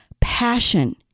passion